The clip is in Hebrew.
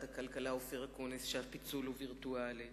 הכלכלה אופיר אקוניס שהפיצול הוא וירטואלי,